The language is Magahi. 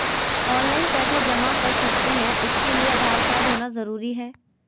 ऑनलाइन पैसा जमा कर सकते हैं उसके लिए आधार कार्ड होना जरूरी है?